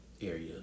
area